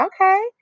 Okay